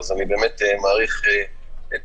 אני באמת מעריך את